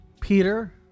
peter